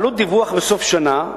עלות דיווח בסוף שנה: